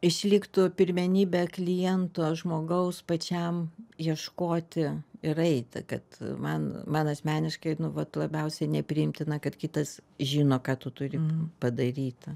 išliktų pirmenybė kliento žmogaus pačiam ieškoti ir eiti kad man man asmeniškai nu vat labiausiai nepriimtina kad kitas žino ką tu turi padaryta